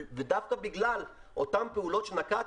ודווקא בגלל אותן פעולות שנקט